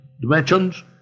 dimensions